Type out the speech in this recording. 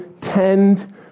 tend